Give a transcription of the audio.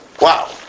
wow